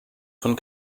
von